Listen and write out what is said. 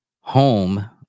home